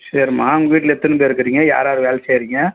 சரிம்மா உங்கள் வீட்டில் எத்தனை பேர் இருக்கிறீங்க யார் யார் வேலை செய்கிறீங்க